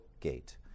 gate